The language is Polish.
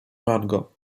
mango